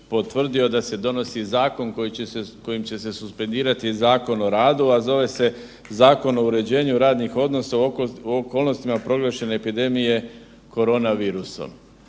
da se donosi zakon kojim će se suspendirati Zakon o radu, a zove se Zakon o uređenju radnih odnosa u okolnostima proglašene epidemije korona virusom.